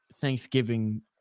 Thanksgiving